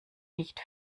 nicht